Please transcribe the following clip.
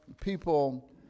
people